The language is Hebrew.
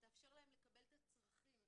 שתאפשר להם לקבל את הצרכים.